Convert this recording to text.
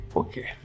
okay